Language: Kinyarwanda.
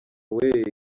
weee